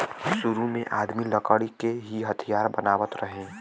सुरु में आदमी लकड़ी के ही हथियार बनावत रहे